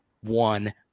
one